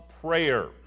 prayer